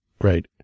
right